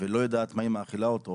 ולא יודעת מה היא מאכילה אותו,